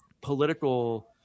political